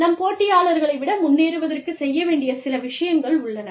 நம் போட்டியாளர்களை விட முன்னேறுவதற்கு செய்ய வேண்டிய சில விஷயங்கள் உள்ளன